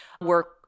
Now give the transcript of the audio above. Work